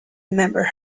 remember